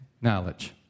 knowledge